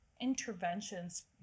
interventions